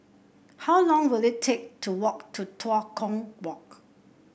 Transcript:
how long will it take to walk to Tua Kong Walk